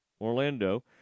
Orlando